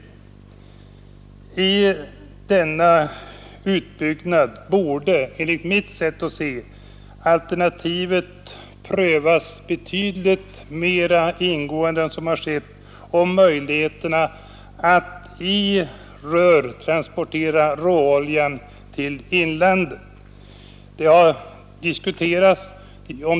Vid denna utbyggnad borde man enligt mitt sätt att se betydligt mera ingående än vad som skett ha prövat möjligheten att i rör transportera råoljan till inlandet.